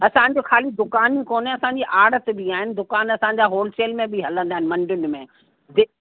असांजो ख़ाली दुकानूं कोने असांजी आड़त बी आहिनि दुकान असांजा होलसेल में बि हलंदा आहिनि मंडियुनि में जी